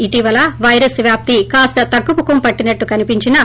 ఇటీవల వైరస్ వ్యాప్తి కాస్త తగ్గుముఖం పట్టినట్లు కనిపించినా